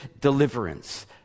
deliverance